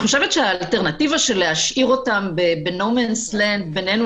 האלטרנטיבה של להשאיר אותם ב-nowhere land בינינו